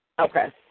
Okay